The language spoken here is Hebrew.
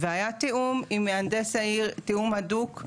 והיה תיאום עם מהנדס העיר תיאום הדוק,